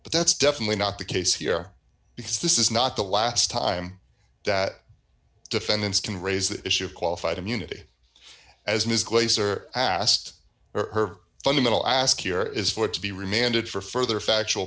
but that's definitely not the case here because this is not the last time that defendants can raise the issue of qualified immunity as ms glaser asked her fundamental ask here is for it to be remanded for further factual